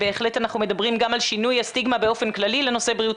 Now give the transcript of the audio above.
בהחלט אנחנו מדברים גם על שינוי הסטיגמה באופן כללי לנושא בריאות